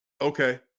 Okay